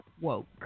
woke